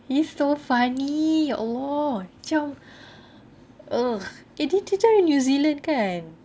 you so funny ya allah macam ugh eh dia dia dari new zealand kan